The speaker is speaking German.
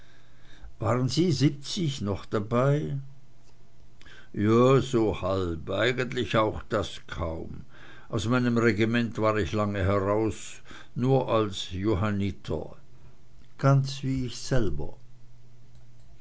waren sie siebzig noch mit dabei ja so halb eigentlich auch das kaum aus meinem regiment war ich lange heraus nur als johanniter ganz wie ich selber